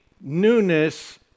newness